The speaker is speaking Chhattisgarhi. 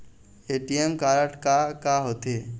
ए.टी.एम कारड हा का होते?